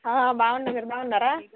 బాగున్నాను మీరు బాగున్నారా